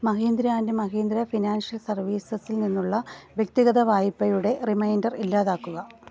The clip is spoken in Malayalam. മഹീന്ദ്ര ആൻഡ് മഹീന്ദ്ര ഫിനാൻഷ്യൽ സർവീസസ്സിൽ നിന്നുള്ള വ്യക്തിഗത വായ്പയുടെ റിമൈൻഡർ ഇല്ലാതാക്കുക